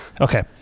Okay